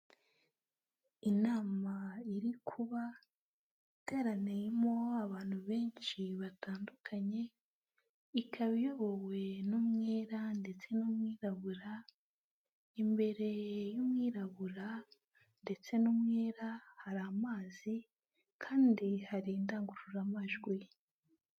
Inama iri kuba, iteraniyemo abantu benshi batandukanye, ikaba iyobowe n'umwera ndetse n'umwirabura, imbere y'umwirabura ndetse n'umwera hari amazi kandi hari indangururamajwi.